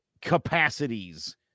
capacities